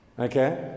Okay